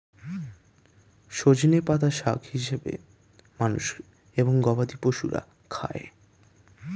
সজনে পাতা শাক হিসেবে মানুষ এবং গবাদি পশুরা খায়